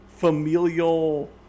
familial